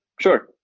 sure